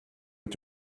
mit